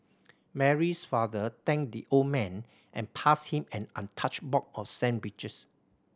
Mary's father thanked the old man and passed him an untouched box of sandwiches